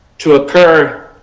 to occur